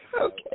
Okay